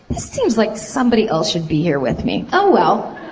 it seems like somebody else should be here with me. oh well.